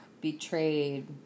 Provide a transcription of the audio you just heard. betrayed